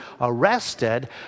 arrested